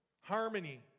harmony